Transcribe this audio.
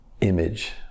image